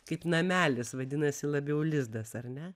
kaip namelis vadinasi labiau lizdas ar ne